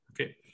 Okay